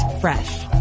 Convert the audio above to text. fresh